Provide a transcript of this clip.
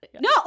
no